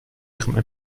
ihrem